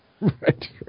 Right